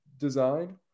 design